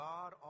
God